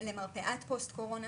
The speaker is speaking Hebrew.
אני סובלת מכאבים כל היום,